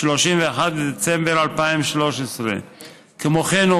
31 בדצמבר 2013. כמו כן,